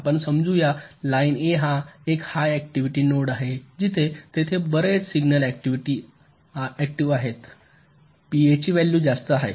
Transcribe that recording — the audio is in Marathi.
आपण समजू या लाइन ए हा एक हाय ऍक्टिव्हिटी नोड आहे जिथे तेथे बरेच सिग्नल ऍक्टिव्हि आहेत पीए ची व्हॅल्यू जास्त आहे